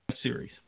series